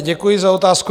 Děkuji za otázku.